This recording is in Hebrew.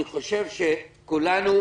אני חושב שכולנו,